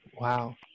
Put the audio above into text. Wow